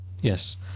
Yes